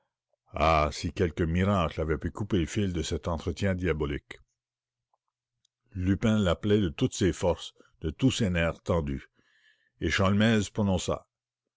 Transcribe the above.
ah si quelque miracle avait pu couper le fil de cet entretien diabolique lupin l'appelait de toutes ses forces de tous ses nerfs tendus et sholmès